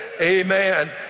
Amen